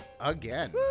again